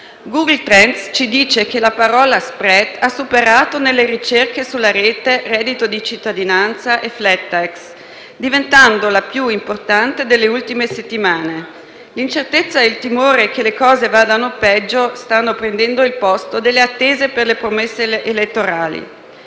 Google Trends ci dice che la parola «*spread*» ha superato nelle ricerche sulla rete le espressioni «reddito di cittadinanza» e «*flat tax*», diventando la più importante delle ultime settimane. L'incertezza e il timore che le cose vadano peggio stanno prendendo il posto delle attese per le promesse elettorali.